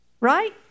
Right